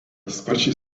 sparčiai